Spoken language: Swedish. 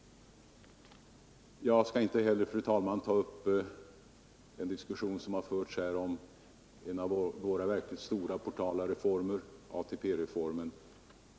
Jag skall inte heller, fru talman, ta upp den diskussion som förts här om en av våra verkligt portala reformer, ATP-reformen.